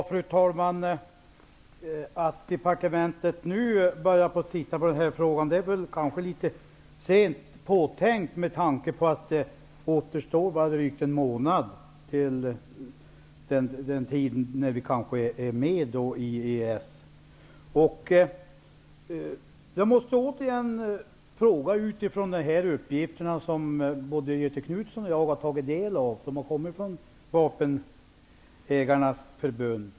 Fru talman! Att departementet nu börjar titta på den här frågan är väl kanske litet sent påtänkt, med tanke på att vi kan vara med i EES om bara drygt en månad. Både Göthe Knutson och jag har ju tagit del av de uppgifter som har kommit från Vapenägarnas förbund.